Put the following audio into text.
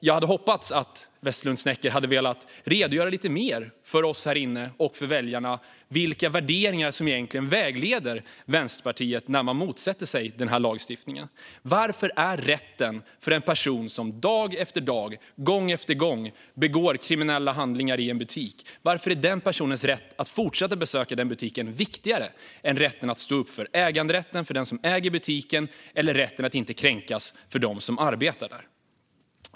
Jag hade hoppats att Westerlund Snecker hade velat redogöra lite mer för oss här inne och för väljarna vilka värderingar som egentligen vägleder Vänsterpartiet när man motsätter sig den här lagstiftningen. Varför är rätten för en person som dag efter dag och gång efter gång begår kriminella handlingar i en butik att få fortsätta besöka den butiken viktigare än rätten att stå upp för äganderätten för den som äger butiken och rätten att inte kränkas för dem som arbetar där?